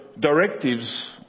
directives